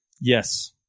Yes